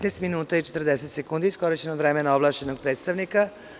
Petnaest minuta i 40 sekundi iskorišćeno od vremena ovlašćenog predstavnika.